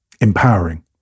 empowering